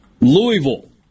Louisville